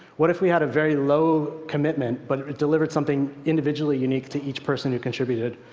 what if we had a very low commitment, but delivered something individually unique to each person who contributed?